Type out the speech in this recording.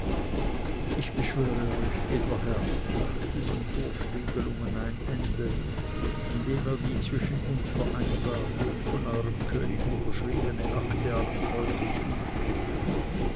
ich beschwöre euch edler herr macht diesen vorspiegelungen ein ende indem ihr die zwischen uns vereinbarte und von eurem könig unterschriebene akte allem volke